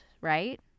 right